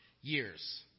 years